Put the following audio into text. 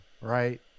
right